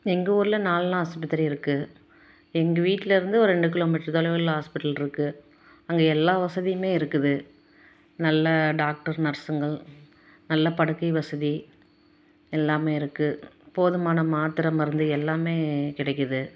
எங்கள் ஊர்ல நால்ணா ஆஸ்ஸுபத்திரி இருக்குது எங்கள் வீட்டிலருந்து ஒரு ரெண்டு கிலோமீட்டரு தொலைவுள்ள ஹாஸ்பிடல்ருக்கு அங்கே எல்லா வசதியுமே இருக்குது நல்ல டாக்டர் நர்ஸ்ஸுகள் நல்ல படுக்கை வசதி எல்லாமே இருக்குது போதுமான மாத்திரை மருந்து எல்லாமே கிடைக்கிது